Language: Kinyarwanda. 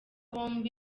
bombi